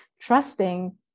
trusting